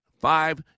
Five